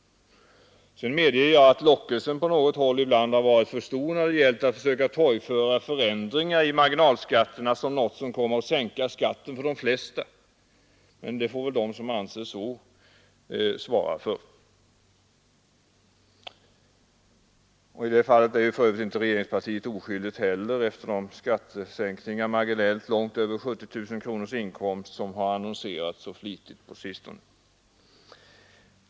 Sedan medger jag att lockelsen på något håll ibland har varit för stor när det gällt att försöka torgföra förändringar i marginalskatterna som något som kommer att sänka skatten för de flesta, men det får väl de som har den uppfattningen svara för. I det fallet är inte regeringspartiet oskyldigt heller efter de marginella skattesänkningar långt över inkomster om 70 000 kronor som annonserats så flitigt på sistone.